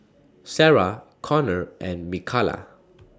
Sara Connor and Mikala